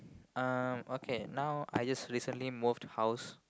um okay now I just recently moved house